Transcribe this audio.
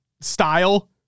style